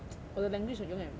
我的 language 永远